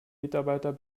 mitarbeiter